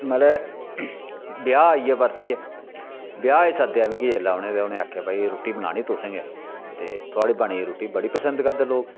मतलबै ब्याह् आई गेआ परतियै ब्याह् गी सद्देआ मिगी जेल्लै उनें तां उनें आखेआ भई रुट्टी बनानी तुसें गै ते थुआढ़ी बनी दी रुट्टी बड़ी पसंद करदे लोक